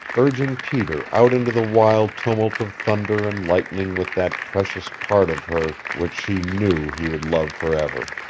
urging peter out into the wild tumult of thunder and lightning with that precious part of her which she knew he would love forever.